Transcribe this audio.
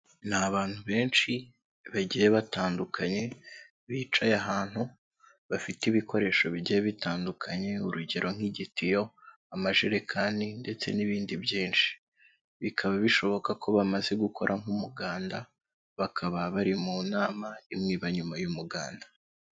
Ni abantu benshi bagiye batandukanye, bicaye ahantu bafite ibikoresho bijya bitandukanye urugero nk'igitiyo, amajerekani ndetse n'ibindi byinshi. Bikaba bishoboka ko bamaze gukora nk'umuganda, bakaba bari mu nama imwe iba nyuma y'umuganda.